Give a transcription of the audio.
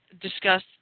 discuss